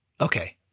Okay